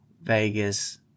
Vegas